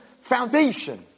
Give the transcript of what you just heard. foundation